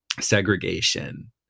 segregation